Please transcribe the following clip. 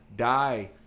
die